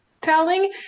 telling